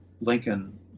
Lincoln